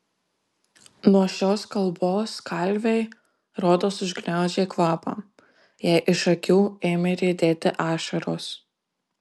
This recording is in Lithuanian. nuo šios kalbos kalvei rodos užgniaužė kvapą jai iš akių ėmė riedėti ašaros